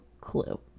clue